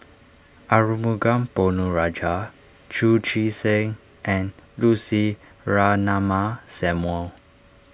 Arumugam Ponnu Rajah Chu Chee Seng and Lucy Ratnammah Samuel